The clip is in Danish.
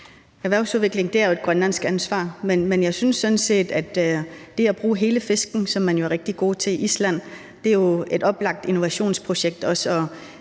Erhvervsudvikling er jo et grønlandsk ansvar, men jeg synes jo sådan set, at det at bruge hele fisken, som man jo er rigtig god til i Island, også er et oplagt innovationsprojekt og